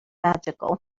magical